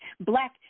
Black